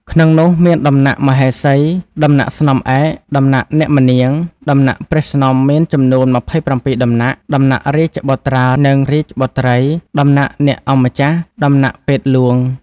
ក្នុងនោះមានដំណាក់មហេសី ដំណាក់សំ្នឯក ដំណាក់អ្នកម្នាង ដំណាក់ព្រះស្នំមានចំនួន ២៧ដំណាក់ ដំណាក់រាជបុត្រា-រាជបុត្រី ដំណាក់អ្នកអង្គម្ចាស់ ដំណាក់ពេទ្យហ្លួង ។